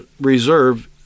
reserve